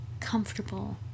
comfortable